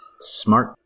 Smart